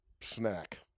Snack